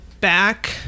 back